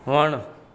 वणु